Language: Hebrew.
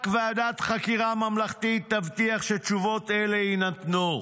רק ועדת חקירה ממלכתית תבטיח שתשובות אלה יינתנו,